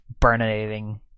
burninating